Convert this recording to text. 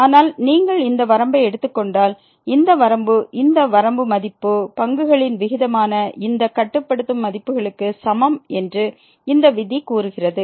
ஆனால் நீங்கள் இந்த வரம்பை எடுத்துக் கொண்டால் இந்த வரம்பு இந்த வரம்பு மதிப்பு பங்குகளின் விகிதமான இந்த கட்டுப்படுத்தும் மதிப்புக்கு சமம் என்று இந்த விதி கூறுகிறது